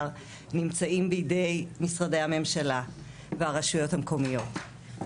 נמצאים בידי משרדי הממשלה והרשויות המקומיות.